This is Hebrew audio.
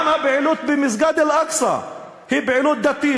גם הפעילות במסגד אל-אקצא היא פעילות דתית